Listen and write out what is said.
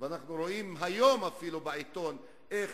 ואנחנו רואים היום אפילו בעיתון איך